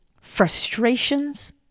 frustrations